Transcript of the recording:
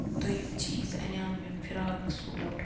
دٔیِم چیٖز اَنیو مےٚ فراک سوٗٹ